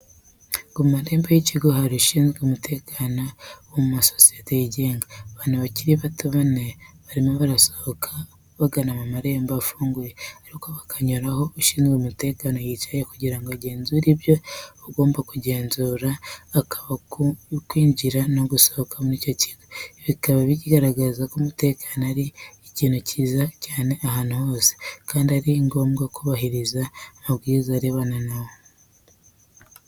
Ku marembo y'ikigo hari ushinzwe umutekano wo mu masosiyete yigenga. Abantu bakiri bato bane barimo barasohoka, bagana mu marembo afunguye, ariko bakanyura aho ushinzwe umutekano yicaye kugira ngo agenzure ibyo agomba kugenzura, haba ku binjira n'abasohoka muri icyo kigo. Ibi bikaba bigaragaza ko umutekano ari ikintu cy'ingenzi cyane ahantu hose, kandi ko ari ngombwa kubahiriza amabwiriza arebana na wo.